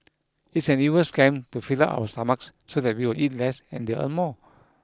it's an evil scam to fill up our stomachs so that we will eat less and they'll earn more